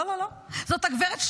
לא, לא, לא.